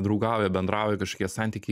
draugauja bendrauja kažkokie santykiai